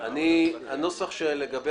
לגבי